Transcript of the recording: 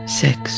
six